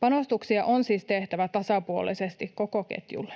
Panostuksia on siis tehtävä tasapuolisesti koko ketjulle.